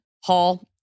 Hall